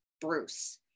bruce